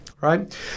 Right